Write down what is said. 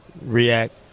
React